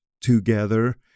together